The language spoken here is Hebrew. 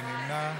מי נמנע?